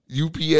UPS